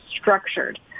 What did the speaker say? structured